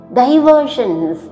diversions